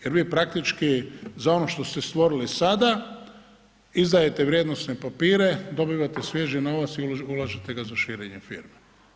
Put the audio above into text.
Jer vi praktički za ono što ste stvorili sada izdajete vrijednosne papire, dobivate svježi novac i ulažete ga za širenje firme.